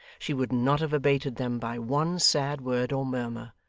she would not have abated them by one sad word or murmur,